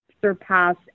Surpass